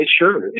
sure